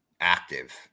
active